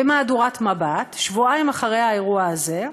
במהדורת "מבט", שבועיים אחרי האירוע הזה,